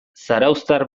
zarauztar